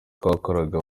twakoraga